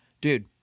dude